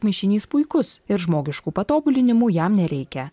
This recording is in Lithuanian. mišinys puikus ir žmogiškų patobulinimų jam nereikia